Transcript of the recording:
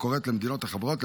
הקוראת למדינות החברות,